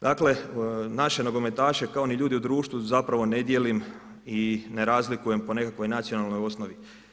Dakle, naše nogometaše kao ni ljude u društvu zapravo ne dijelim i ne razlikujem po nekakvoj nacionalnoj osnovi.